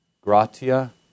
gratia